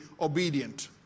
obedient